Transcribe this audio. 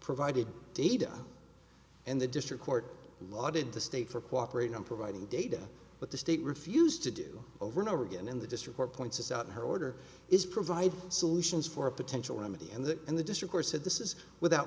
provided data and the district court lauded the state for cooperate in providing data but the state refused to do over and over again in the district or points out her order is provide solutions for a potential enemy in the in the district or said this is without